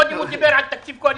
קודם הוא דיבר על תקציב קואליציוני.